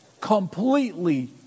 completely